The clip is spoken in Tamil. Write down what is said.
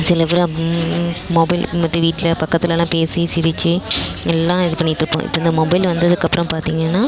சில பேர் மொபைல் வீட்டில் பக்கத்துலெலாம் பேசி சிரிச்சு எல்லாம் இது பண்ணிகிட்ருப்போம் இப்போ இந்த மொபைல் வந்ததுக்கப்புறம் பார்த்திங்கனா